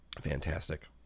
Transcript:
Fantastic